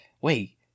wait